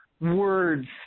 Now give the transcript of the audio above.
words